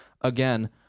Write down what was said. again